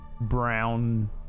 brown